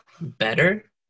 better